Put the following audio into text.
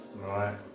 Right